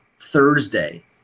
Thursday –